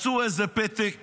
מצאו איזה פתק